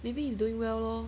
maybe hes doing well lor